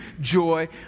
joy